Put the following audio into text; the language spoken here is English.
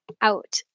out